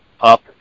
up